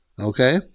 Okay